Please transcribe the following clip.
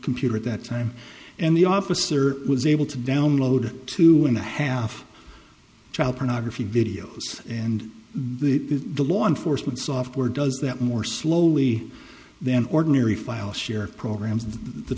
computer at that time and the officer was able to download two and a half child pornography videos and the law enforcement software does that more slowly than ordinary file sharing programs the